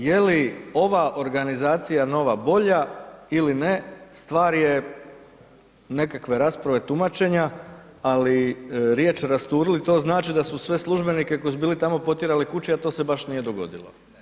Je li ova organizacija nova bolja ili ne, stvar je nekakve rasprave, tumačenja ali riječ rasturili, to znači da su sve službenike koji su bili tamo potjerali kući a to se baš nije dogodilo.